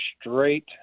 straight